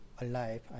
alive